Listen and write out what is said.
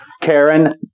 Karen